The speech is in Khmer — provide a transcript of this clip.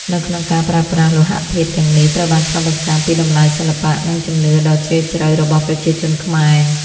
នៅក្នុងការប្រើប្រាស់លោហៈធាតុទាំងនេះ ត្រូវបានឆ្លុះបញ្ចាំងពីតម្លៃ សិល្បៈ និងជំនឿដ៏ជ្រាលជ្រៅរបស់ប្រជាជនខ្មែរ។